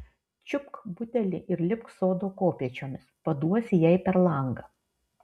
čiupk butelį ir lipk sodo kopėčiomis paduosi jai per langą